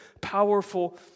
powerful